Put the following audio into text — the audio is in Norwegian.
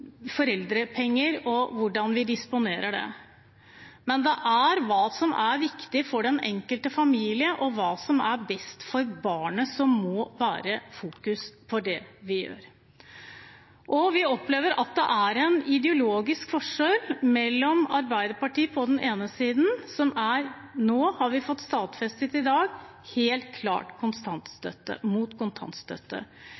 er hva som er viktig for den enkelte familie, og hva som er best for barnet, som må være fokus for det vi gjør. Vi opplever at det er en ideologisk forskjell. Vi har Arbeiderpartiet på den ene siden, som nå – det har vi fått stadfestet i dag – er helt klart